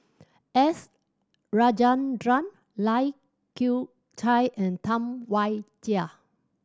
S Rajendran Lai Kew Chai and Tam Wai Jia